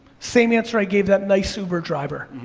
same answer i gave that nice uber driver.